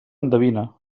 endevina